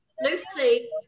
Lucy